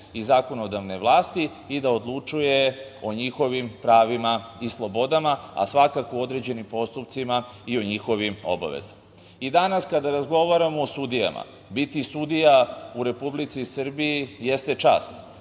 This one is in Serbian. i zakonodavne vlasti i da odlučuje o njihovim pravima i slobodama, a svakako u određenim postupcima i o njihovim obavezama. Danas, kada razgovaramo o sudijama, biti sudija u Republici Srbiji jeste čast,